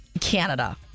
Canada